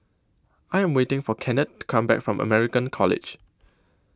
I Am waiting For Kennard Come Back from American College